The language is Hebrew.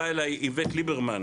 בא אליי איווט ליברמן